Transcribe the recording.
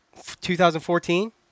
2014